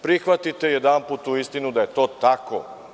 Prihvatite jedanput tu istinu da je to tako.